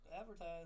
advertise